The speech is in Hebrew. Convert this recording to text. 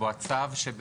לקבוע צו?